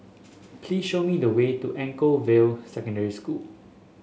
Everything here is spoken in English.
please show me the way to Anchorvale Secondary School